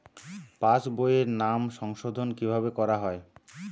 পাশ বইয়ে নাম সংশোধন কিভাবে করা হয়?